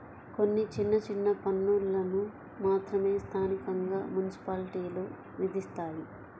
కొన్ని చిన్న చిన్న పన్నులను మాత్రమే స్థానికంగా మున్సిపాలిటీలు విధిస్తాయి